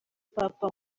papa